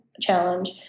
challenge